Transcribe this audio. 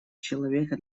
человека